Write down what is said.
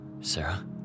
Sarah